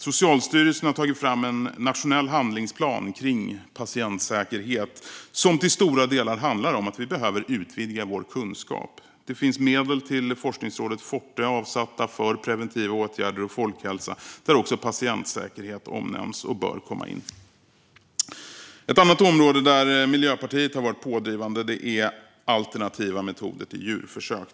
Socialstyrelsen har tagit fram en nationell handlingsplan kring patientsäkerhet som till stora delar handlar om att vi behöver utvidga vår kunskap. Det finns medel avsatta till forskningsrådet Forte för preventiva åtgärder och folkhälsa, där också patientsäkerhet omnämns och bör komma in. Ett annat område där Miljöpartiet har varit pådrivande är alternativa metoder till djurförsök.